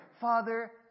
Father